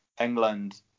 England